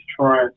trying